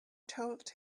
told